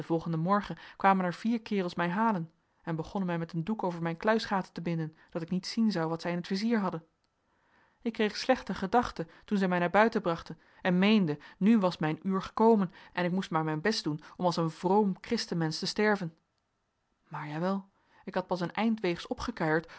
volgenden morgen kwamen er vier kerels mij halen en begonnen mij met een doek over mijn kluisgaten te binden dat ik niet zien zou wat zij in t vizier hadden ik kreeg slechte gedachten toen zij mij naar buiten brachten en meende nu was mijn uur gekomen en ik moest maar mijn best doen om als een vroom christenmensch te sterven maar jawel ik had pas een eindweegs opgekuierd